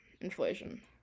Inflation